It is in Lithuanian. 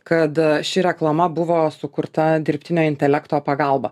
kada ši reklama buvo sukurta dirbtinio intelekto pagalba